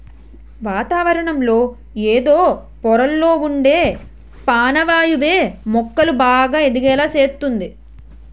వాతావరణంలో ఎదో పొరల్లొ ఉండే పానవాయువే మొక్కలు బాగా ఎదిగేలా సేస్తంది